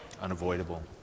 unavoidable